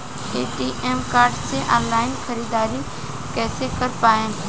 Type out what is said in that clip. ATM card से ऑनलाइन ख़रीदारी कइसे कर पाएम?